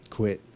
quit